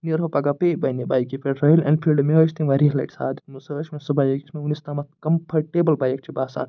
نیرہو پَگاہ بیٚیہِ پَننہِ بایکہِ پٮ۪ٹھ رویَِل ایٚنفیٖلڈٕ مےٚ حظ تٔمۍ واریاہ لَٹہِ ساتھ دیٛتمُت سۄ حظ چھِ مےٚ سۄ بایک یۄس مےٚ وُنیٛک تام کَمفٲرٹیبٕل بایک چھِ مےٚ باسان